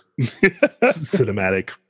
cinematic